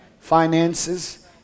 Finances